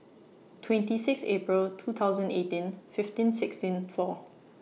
twenty six April two thousand eighteen fifteen sixteen four